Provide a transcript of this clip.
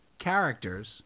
characters